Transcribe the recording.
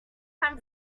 time